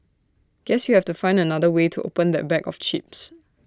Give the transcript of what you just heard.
guess you have to find another way to open that bag of chips